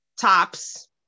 tops